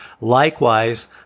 likewise